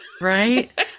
Right